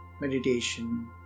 meditation